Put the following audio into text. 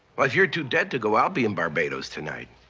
but if you're too dead to go, i'll be in barbados tonight.